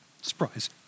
Surprise